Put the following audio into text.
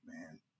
man